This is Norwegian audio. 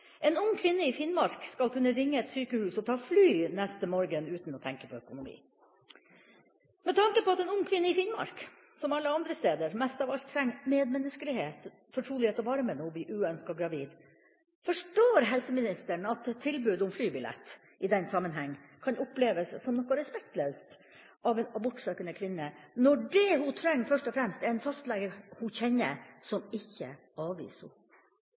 ta fly neste morgen uten å tenke på økonomi.» Med tanke på at en ung kvinne i Finnmark, som alle andre steder, mest av alt trenger medmenneskelighet, fortrolighet og varme når hun er blitt uønsket gravid, forstår helseministeren at et tilbud om flybillett i den sammenheng kan oppleves som noe respektløst av en abortsøkende kvinne, når det hun trenger først og fremst, er en fastlege hun kjenner, som ikke avviser